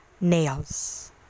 nails